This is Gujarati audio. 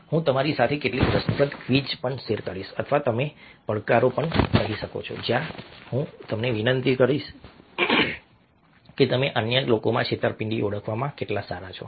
હું તમારી સાથે કેટલીક રસપ્રદ ક્વિઝ પણ શેર કરીશ અથવા તમે પડકારો પણ કહી શકો છો જ્યાં હું તમને વિનંતી કરીશ કે તમે અન્ય લોકોમાં છેતરપિંડી ઓળખવામાં કેટલા સારા છો